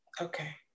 Okay